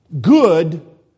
good